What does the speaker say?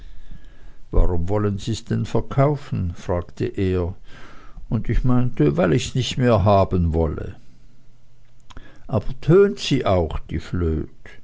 warum wollen sie's denn verkaufen fragte er und ich meinte weil ich's nicht mehr haben wolle aber tönt sie auch die